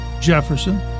Jefferson